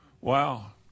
Wow